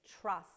trust